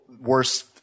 worse